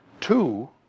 Two